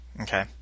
okay